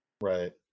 right